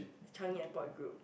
Changi Airport Group